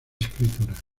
escritura